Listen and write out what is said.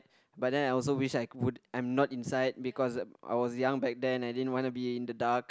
but then I also wish that I would I'm not inside because I was young back then and I didn't wanna be in the dark